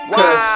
Cause